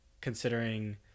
considering